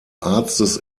arztes